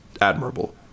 admirable